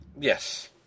Yes